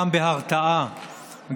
גם בהרתעה,